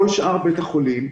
כל שאר בית החולים,